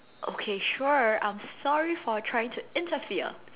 okay sure I'm sorry for trying to interfere